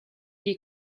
les